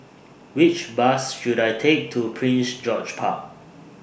Which Bus should I Take to Prince George's Park